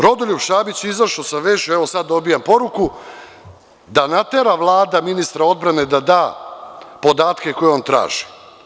Rodoljub Šabić je izašao sa vešću, evo sada dobijam poruku, da natera Vlada ministra odbrane da da podatke koje on traži.